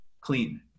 clean